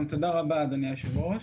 תודה רבה, אדוני היושב-ראש.